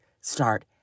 start